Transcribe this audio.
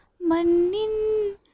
manin